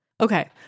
Okay